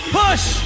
push